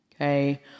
Okay